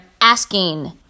asking